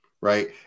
right